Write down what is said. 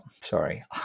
sorry